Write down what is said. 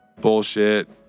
Bullshit